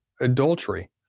adultery